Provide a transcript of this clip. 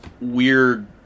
weird